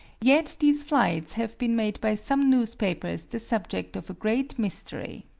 yet these flights have been made by some newspapers the subject of a great mystery.